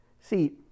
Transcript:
See